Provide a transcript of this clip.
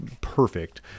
perfect